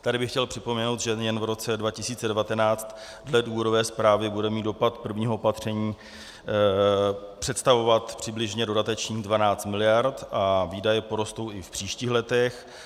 Tady bych chtěl připomenout, že jen v roce 2019 dle důvodové zprávy bude dopad prvního opatření představovat přibližně dodatečných 12 miliard a výdaje porostou i v příštích letech.